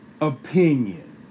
opinion